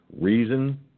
Reason